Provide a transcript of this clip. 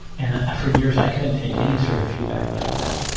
and for years i couldn't take any sort of feedback like that.